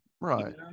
right